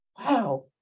wow